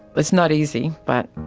it's not easy but